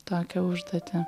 tokią užduotį